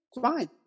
fine